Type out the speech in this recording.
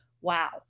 wow